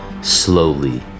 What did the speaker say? slowly